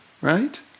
right